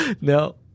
No